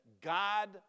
God